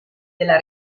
della